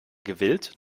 gewillt